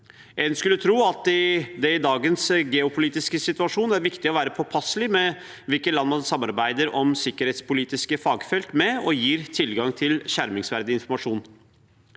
En skulle tro at det i dagens geopolitiske situasjon er viktig å være påpasselig med hvilke land man samarbeider om sikkerhetspolitiske fagfelt med og gir tilgang til skjermingsverdig informasjon.